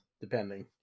depending